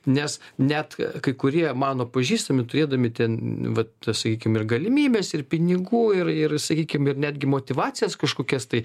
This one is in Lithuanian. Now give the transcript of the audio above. nes net kai kurie mano pažįstami turėdami ten vat sakykim ir galimybes ir pinigų ir ir sakykim ir netgi motyvacijas kažkokias tai